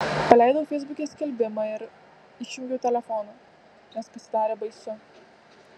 paleidau feisbuke skelbimą ir išjungiau telefoną nes pasidarė baisu